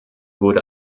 wurde